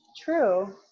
True